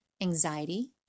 anxiety